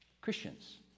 Christians